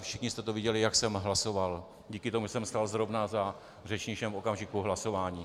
Všichni jste to viděli, jak jsem hlasoval, díky tomu, že jsem stál zrovna za řečništěm v okamžiku hlasování.